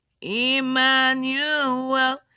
Emmanuel